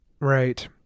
Right